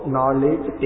Knowledge